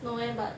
no eh but